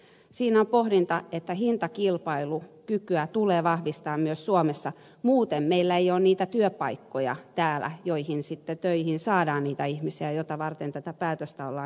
siinä on pohdittava sitä että hintakilpailukykyä tulee vahvistaa myös suomessa muuten meillä ei ole niitä työpaikkoja täällä joihin sitten töihin saadaan niitä ihmisiä joita varten tätä päätöstä ollaan tekemässä